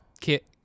Kit